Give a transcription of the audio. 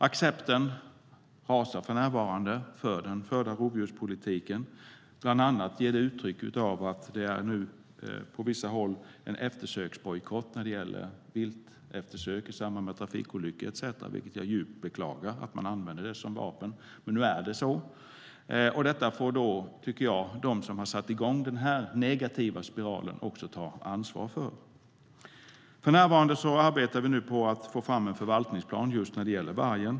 Accepten avtar för närvarande för den förda rovdjurspolitiken. Bland annat kommer det till uttryck i att det på vissa håll råder eftersöksbojkott av vilteftersök i samband med trafikolyckor etcetera. Jag beklagar djupt att man använder detta som vapen, men nu är det så. Jag anser att de som har satt i gång den negativa spiralen också får ta ansvar för detta. För närvarande arbetar vi på att få fram en förvaltningsplan när det gäller vargen.